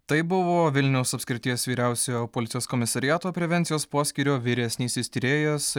tai buvo vilniaus apskrities vyriausiojo policijos komisariato prevencijos poskyrio vyresnysis tyrėjas